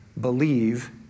believe